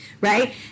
right